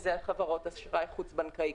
שזה חברות אשראי חוץ בנקאי,